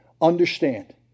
understand